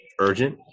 Urgent